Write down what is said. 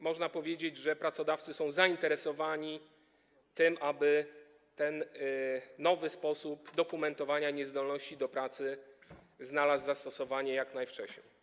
Można powiedzieć, że pracodawcy są zainteresowani tym, aby ten nowy sposób dokumentowania niezdolności do pracy znalazł zastosowanie jak najwcześniej.